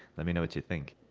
let me know what you think